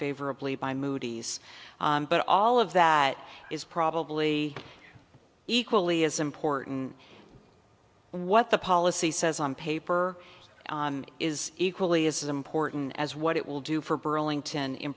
favorably by moody's but all of that is probably equally as important what the policy says on paper is equally as important as what it will do for burlington in